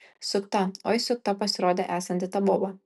sukta oi sukta pasirodė esanti ta boba